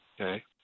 okay